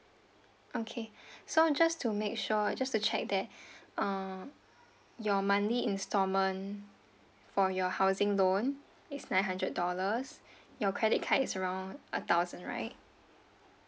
okay so just to make sure just to check that uh your monthly instalment for your housing loan is nine hundred dollars your credit card is around a thousand right